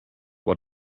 what